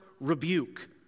rebuke